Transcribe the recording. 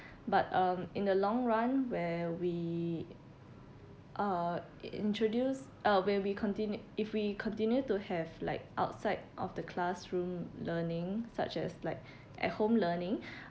but um in the long run where we uh i~ introduce uh when we contin~ if we continue to have like outside of the classroom learning such as like at home learning